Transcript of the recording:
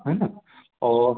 है ना और